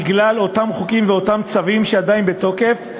בגלל אותם חוקים ואותם צווים שעדיין בתוקף,